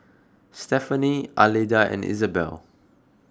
Stefani Alida and Isabel